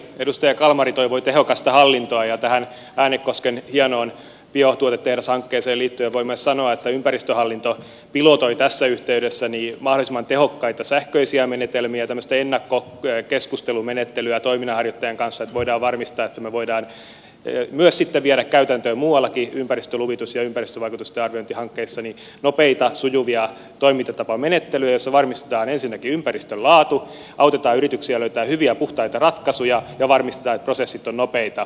edustaja kalmari toivoi tehokasta hallintoa ja tähän äänekosken hienoon biotuotetehdashankkeeseen liittyen voin myös sanoa että ympäristöhallinto pilotoi tässä yhteydessä mahdollisimman tehokkaita sähköisiä menetelmiä tämmöistä ennakkokeskustelumenettelyä toiminnanharjoittajan kanssa että voidaan varmistaa että me voimme sitten viedä käytäntöön muuallakin ympäristöluvitus ja ympäristövaikutusten arviointihankkeissa nopeita sujuvia toimintatapamenettelyjä joissa varmistetaan ensinnäkin ympäristön laatu autetaan yrityksiä löytämään hyviä puhtaita ratkaisuja ja varmistetaan että prosessit ovat nopeita